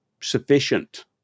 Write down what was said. sufficient